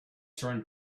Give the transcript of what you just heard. turned